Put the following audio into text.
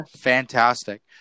fantastic